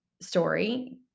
story